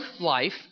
life